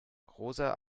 rosa